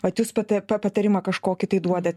vat jūs pa t patarimą kažkokį tai duodat